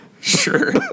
sure